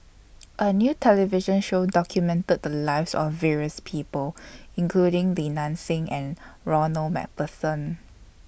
A New television Show documented The Lives of various People including Li Nanxing and Ronald MacPherson